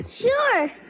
Sure